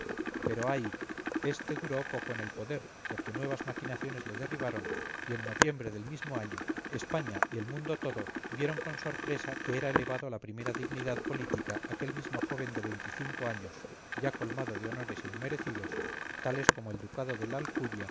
pero ay este duró poco en el poder porque nuevas maquinaciones le derribaron y en noviembre del mismo año españa y el mundo todo vieron con sorpresa que era elevado a la primera dignidad política aquel mismo joven de años ya colmado de honores inmerecidos tales como el ducado de